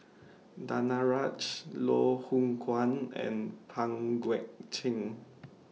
Danaraj Loh Hoong Kwan and Pang Guek Cheng